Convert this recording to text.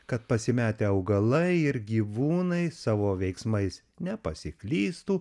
kad pasimetę augalai ir gyvūnai savo veiksmais nepasiklystų